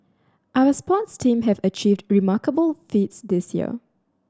our sports teams have achieved remarkable feats this year